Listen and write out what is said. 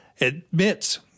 admits